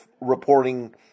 reporting